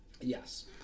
Yes